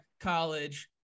college